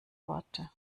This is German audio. worte